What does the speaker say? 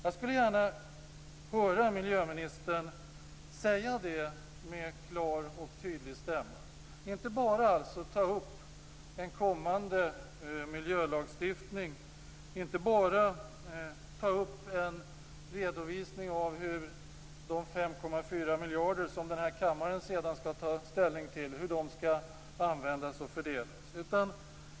Jag skulle gärna höra miljöministern säga det med klar och tydlig stämma och inte bara tala om en kommande miljölagstiftning och en redovisning av hur de 5,4 miljarder som den här kammaren sedan skall ta ställning till skall användas och fördelas.